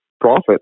profit